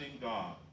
God